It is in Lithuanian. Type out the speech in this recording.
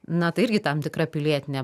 na tai irgi tam tikra pilietinė